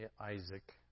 Isaac